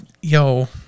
yo